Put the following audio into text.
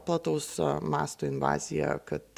plataus masto invaziją kad